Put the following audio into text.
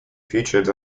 featured